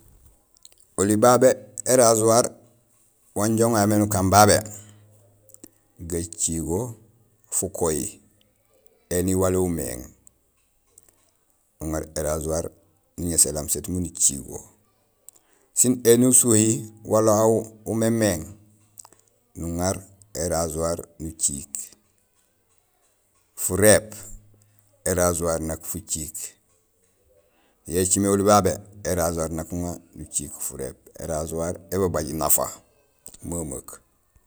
Oli babé é rasoir wanja uŋa yo mé nukaan babé: gacigo fukoyi éni wali umééŋ nuŋaar é rasoir nuŋéés é lame set miin ucigo sin éni usuwéhi waal wawu umémééŋ, nuŋar é rasoir nuciik, furéép é rasoir nak fuciik; yo écimé oli babé é rasoir nak uŋar nuciik furéép. É rasoir ébabaj nafa memeek.